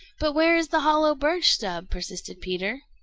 but where is the hollow birch-stub? persisted peter.